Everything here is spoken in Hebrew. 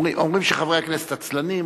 אומרים שחברי הכנסת עצלנים.